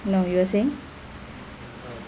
no you are saying